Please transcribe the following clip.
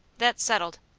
that's settled.